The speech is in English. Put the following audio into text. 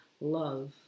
love